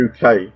UK